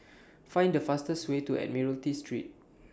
Find The fastest Way to Admiralty Street